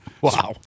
Wow